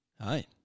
Hi